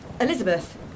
Elizabeth